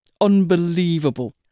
Unbelievable